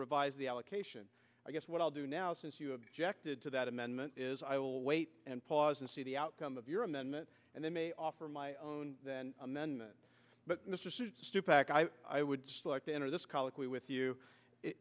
revise the allocation i guess what i'll do now since you objected to that amendment is i will wait and pause and see the outcome of your amendment and they may offer my own amendment but mr stupak i i would like to enter this colloquy with you i